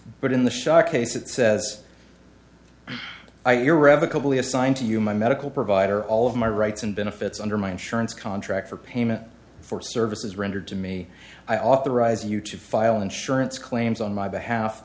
but in the shark case it says i your revocable be assigned to you my medical provider all of my rights and benefits under my insurance contract for payment for services rendered to me i authorize you to file insurance claims on my behalf